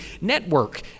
network